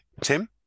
Tim